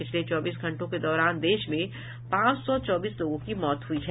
पिछले चौबीस घंटों के दौरान देश में पांच सौ चौबीस लोगों की मौत हुई है